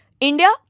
India